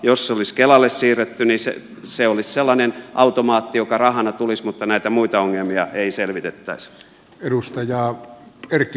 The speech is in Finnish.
jos se olisi kelalle siirretty niin se olisi sellainen automaatti joka rahana tulisi mutta näitä muita ongelmia ei selvitettäisi